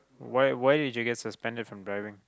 why why did you get suspended from driving